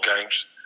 games